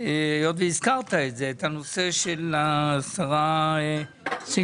היות שהזכרת את זה, הנושא של השרה עידית